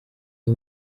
abo